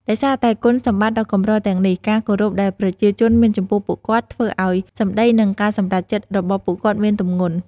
ដោយសារតែគុណសម្បត្តិដ៏កម្រទាំងនេះ ការគោរពដែលប្រជាជនមានចំពោះពួកគាត់ ធ្វើឲ្យសម្ដី និងការសម្រេចចិត្តរបស់ពួកគាត់មានទម្ងន់។